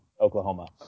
Oklahoma